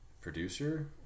producer